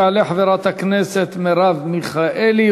תעלה חברת הכנסת מרב מיכאלי,